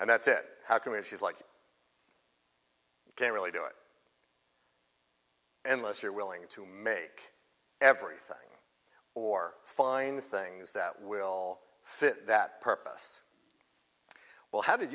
and that's it how can we if she's like you can really do it unless you're willing to make everything or find things that will fit that purpose well how did